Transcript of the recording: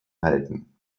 halten